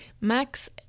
Max